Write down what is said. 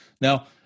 now